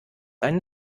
einen